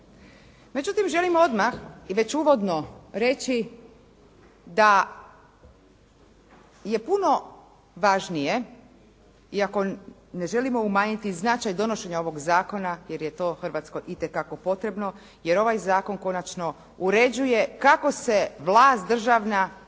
Međutim, želim odmah i već uvodno reći da je puno važnije, iako ne želimo umanjiti značaj donošenja ovog zakona jer je to Hrvatskoj itekako potrebno jer ovaj zakon konačno uređuje kako se vlast državna